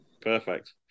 Perfect